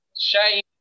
Shame